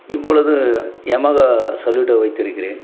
இப்பொழுது Yamaha Saluto வைத்திருக்கிறேன்